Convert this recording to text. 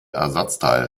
ersatzteil